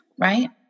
Right